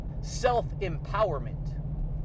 self-empowerment